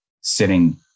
sitting